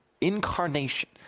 incarnation